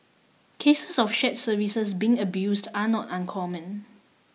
cases of shared services being abused are not uncommon